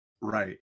Right